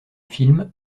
film